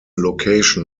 location